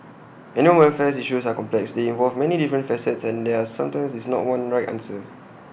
animal welfare issues are complex they involve many different facets and there are sometimes is not one right answer